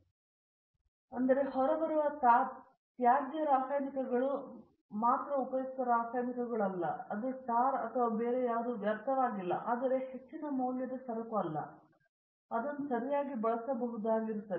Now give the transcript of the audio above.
ಉದಾಹರಣೆಗೆ ಹೊರಬರುವ ತ್ಯಾಜ್ಯ ರಾಸಾಯನಿಕಗಳು ಮಾತ್ರ ಉಪಯುಕ್ತ ರಾಸಾಯನಿಕಗಳು ಸರಿ ಅದು ಟಾರ್ ಅಥವಾ ಬೇರೆ ಯಾವುದು ವ್ಯರ್ಥವಾಗಿಲ್ಲ ಆದರೆ ಇದು ಹೆಚ್ಚಿನ ಮೌಲ್ಯದ ಸರಕು ಅಲ್ಲ ಅವರು ಅದನ್ನು ಸರಿಯಾಗಿ ಬಳಸಬಹುದಾಗಿರುತ್ತದೆ